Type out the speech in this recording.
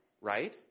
Right